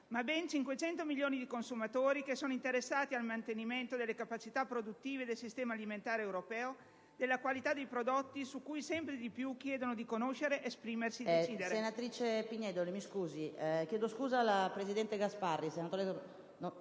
ma ben 500 milioni di consumatori interessati al mantenimento delle capacità produttive del sistema alimentare europeo e alla qualità dei prodotti, su cui sempre di più chiedono di conoscere ed esprimersi, decidere.